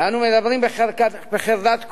ואנו מדברים בחרדת קודש,